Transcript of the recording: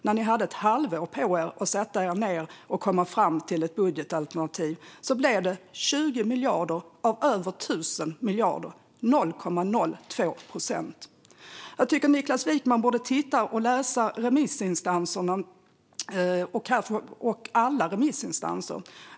När ni hade ett halvår på er att sätta er ned och komma fram till ett budgetalternativ blev det 20 miljarder av över 1 000 miljarder, 0,02 procent. Jag tycker att Niklas Wykman borde läsa vad remissinstanserna skriver, och då menar jag alla remissinstanser.